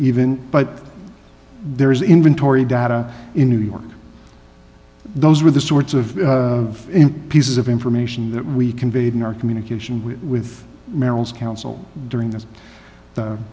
even but there is inventory data in new york those are the sorts of pieces of information that we conveyed in our communication with merrills counsel during this